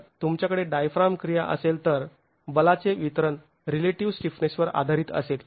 जर तुमच्याकडे डायफ्राम क्रिया असेल तर बलाचे वितरण रिलेटिव स्टिफनेसवर आधारित असेल